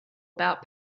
about